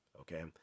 okay